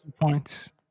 points